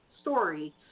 story